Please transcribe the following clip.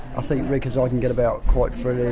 ah think because i can get about quite fully,